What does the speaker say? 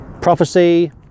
Prophecy